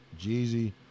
Jeezy